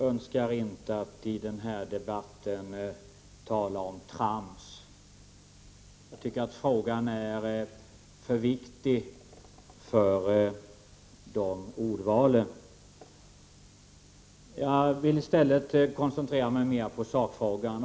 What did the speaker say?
Herr talman! Jag önskar inte tala om trams i den här debatten. Frågan är för viktig för det ordvalet. I stället vill jag koncentrera mig mera på sakfrågan.